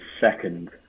second